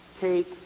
take